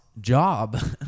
job